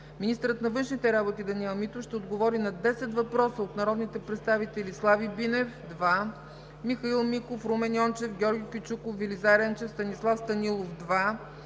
Министърът на външните работи Даниел Митов ще отговори на десет въпроса от народните представители Слави Бинев – два въпроса; Михаил Миков; Румен Йончев; Георги Кючуков; Велизар Енчев; Станислав Станилов –